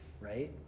right